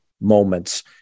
moments